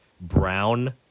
brown